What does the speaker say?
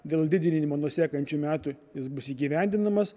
dėl didinimo nuo sekančių metų jis bus įgyvendinamas